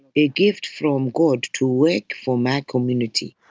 a gift from god to work for my community.